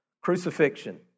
Crucifixion